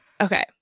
Okay